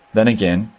then, again,